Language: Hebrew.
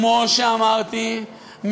כמו שאמרתי,